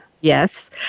Yes